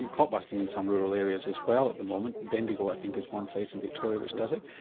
and clot busting in some rural areas as well at the moment, bendigo i think is one place in victoria which does it.